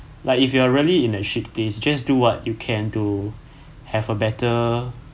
like if you are really in a shit place just do what you can to have a better